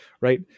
right